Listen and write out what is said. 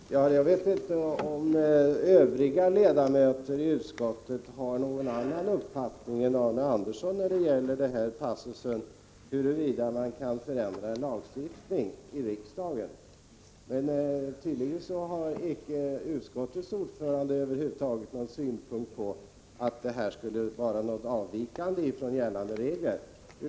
Herr talman! Jag vet inte om övriga ledamöter i utskottet har någon annan uppfattning än Arne Andersson i Ljung när det gäller den här passusen huruvida man kan förändra en lagstiftning i riksdagen. Tydligen har icke utskottets ordförande över huvud taget någon synpunkt på att detta skulle vara en avvikelse från gällande regler.